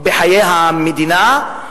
ובחיי המדינה,